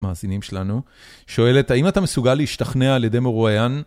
מאזינים שלנו, שואלת: האם אתה מסוגל להשתכנע על ידי מרואיין?